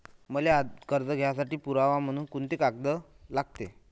मले कर्ज घ्यासाठी पुरावा म्हनून कुंते कागद लागते?